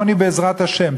"עוני בעזרת השם",